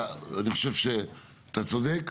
אתה, אני חושב שאתה צודק.